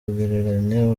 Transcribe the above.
kugereranya